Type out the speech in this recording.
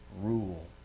rule